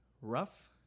rough